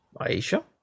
Aisha